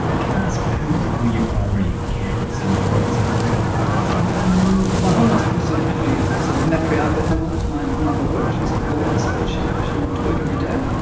can i ask, who were your primary carers and and what was your home life like? um my home life was a really sort of matriarchal home life. my mother worked, she is a lawyer, so she she went to work every day,